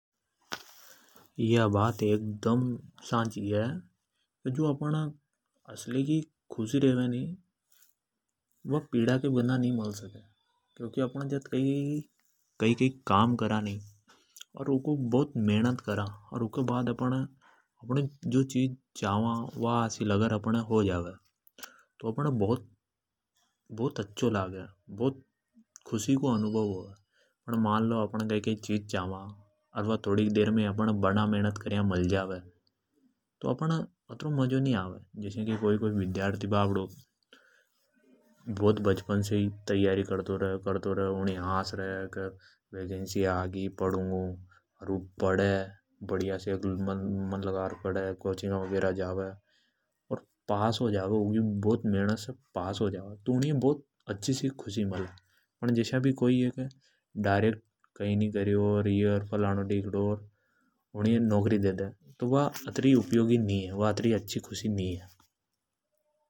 या बात एकदम सही है की जो असली की खुशी रेवे नि जो अपण है पीड़ा के बना नि मल सके। अपण कई कई काम काम करा परिश्रम करा और अपण जो चावा अगर वा हासिल हो जावे तो अपण है बहुत खुशी मले। अच्छो लागे। अर अगर अपण कई कई चिज चावा और मान ले वा अपण अ बना महनत कर्या मल जावे। तो अतरो मजो नि आवे। जसा की कोई कोई विद्यर्थी बचपन से ही खूब खूब पढ़ें। मेहनत करे की वैकेंसी आ गी अर जद वु पास हो जावे तो घणी खुशी मले। पर कोई कई नि करो उणी य नौकरी मल जा तो वा अत्रि अच्छी खुशी नि है।